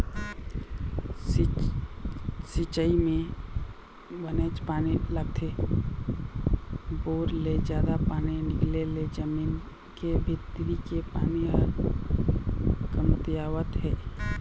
सिंचई म बनेच पानी लागथे, बोर ले जादा पानी निकाले ले जमीन के भीतरी के पानी ह कमतियावत हे